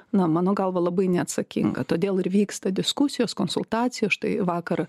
na mano galva labai neatsakinga todėl ir vyksta diskusijos konsultacijos štai vakar